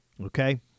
Okay